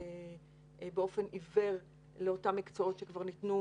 באופן עיוור לאותם מקצועות שכבר ניתנו,